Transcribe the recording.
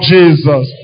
Jesus